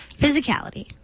Physicality